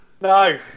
No